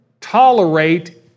tolerate